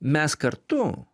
mes kartu